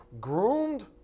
groomed